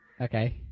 Okay